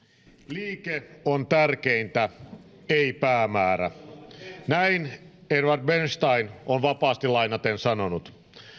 liike on tärkeintä ei päämäärä näin eduard bernstein on vapaasti lainaten sanonut